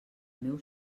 meu